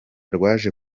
rwaje